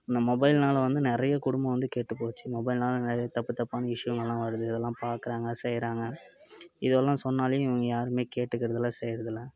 இந்த மொபைல்னால் வந்து நிறைய குடும்பம் வந்து கெட்டு போச்சு மொபைல்னால் நிறைய தப்பு தப்பான விஷயங்கள்லாம் வருது அதெல்லாம் பார்க்கறாங்க செய்கிறாங்க இதெல்லாம் சொன்னாலே இவங்க யாருமே கேட்டுக்கிறதில்ல செய்கிறதில்ல